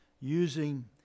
using